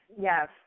Yes